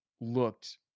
looked